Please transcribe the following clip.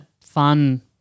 fun